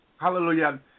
Hallelujah